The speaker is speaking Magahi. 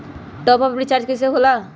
टाँप अप रिचार्ज कइसे होएला?